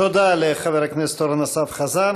תודה לחבר הכנסת אורן אסף חזן.